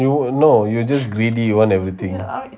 you no you're just greedy you want everything